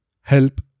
help